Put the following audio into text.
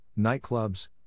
nightclubs